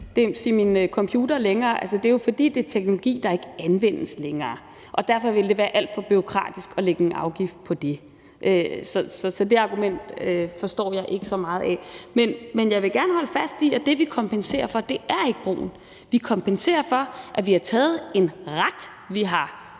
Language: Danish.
cd-dims i min computer længere. Det er jo, fordi det er teknologi, der ikke anvendes længere, og derfor ville det være alt for bureaukratisk at lægge en afgift på det. Så det argument forstår jeg ikke så meget af. Men jeg vil gerne holde fast i, at det, vi kompenserer for, ikke er brugen. Vi kompenserer for, at vi har taget en ret; vi har